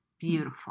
Beautiful